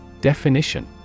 Definition